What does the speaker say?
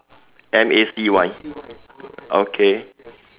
M A C Y okay